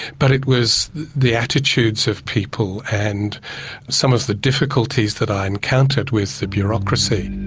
but it was the attitudes of people and some of the difficulties that i encountered with the bureaucracy.